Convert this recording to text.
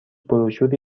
بروشوری